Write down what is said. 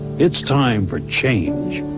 it's time for change.